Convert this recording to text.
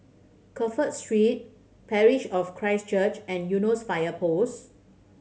Crawford Street Parish of Christ Church and Eunos Fire Post